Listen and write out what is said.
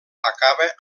acaba